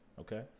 Okay